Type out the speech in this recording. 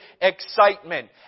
excitement